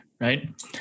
right